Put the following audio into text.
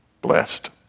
Blessed